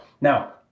Now